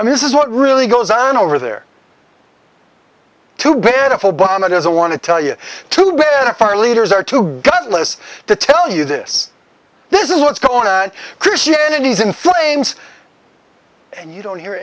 i mean this is what really goes on over there too bad if obama doesn't want to tell you to our leaders are too gutless to tell you this this is what's going on christianity's inflames and you don't hear